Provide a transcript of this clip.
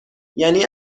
یعنی